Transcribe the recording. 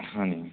ਹਾਂਜੀ